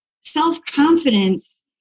self-confidence